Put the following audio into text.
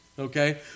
Okay